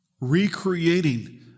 Recreating